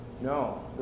No